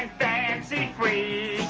and fancy free.